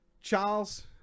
Charles